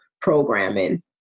programming